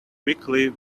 quickly